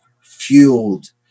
fueled